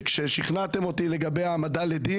אז איך הסתיים הדיון?